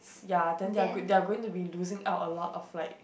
ya then they're g~ they're going to be losing out a lot of like